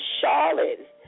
Charlotte